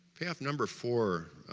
payoff number four,